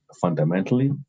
fundamentally